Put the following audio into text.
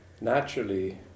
naturally